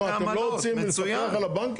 מה, אתם לא רוצים לפקח על הבנקים?